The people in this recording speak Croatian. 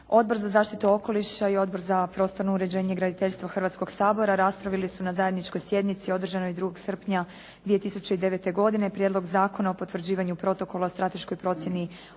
Odbor za zaštitu okoliša i Odbor za prostorno uređenje i graditeljstvo Hrvatskoga sabora raspravili su na zajedničkoj sjednici održanoj 2. srpnja 2009. godine Prijedlog zakona o potvrđivanju Protokola o strateškoj procjeni okoliša